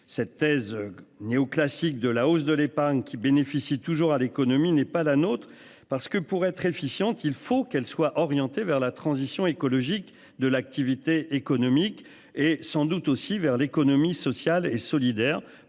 Cette thèse néo-classique de la hausse de l'épargne qui bénéficie toujours à l'économie n'est pas la nôtre, parce que pour être efficient qu'il faut qu'elle soit orienté vers la transition écologique de l'activité économique et sans doute aussi vers l'économie sociale et solidaire.